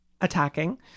attacking